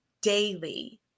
daily